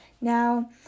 Now